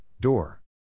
door